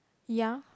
ya